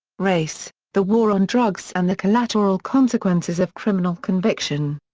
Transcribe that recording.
race, the war on drugs and the collateral consequences of criminal conviction.